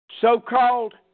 so-called